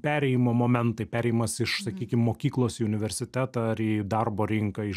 perėjimo momentai perėjimas iš sakykim mokyklos į universitetą ar į darbo rinką iš